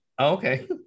okay